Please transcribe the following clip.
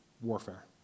warfare